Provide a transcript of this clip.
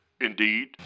Indeed